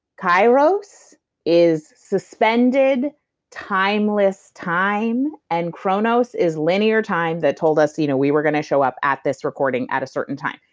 kairos is suspended timeless time and kronos is linear time that told us you know we were going to show up at this recording at a certain time.